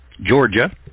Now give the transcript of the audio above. Georgia